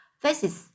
faces